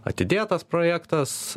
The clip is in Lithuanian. atidėtas projektas